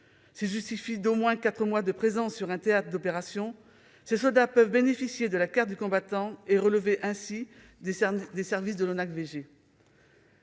S'ils justifient d'au moins quatre mois de présence sur un théâtre d'opérations, ces soldats peuvent bénéficier de la carte du combattant et relever ainsi des services de l'ONACVG.